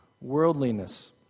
worldliness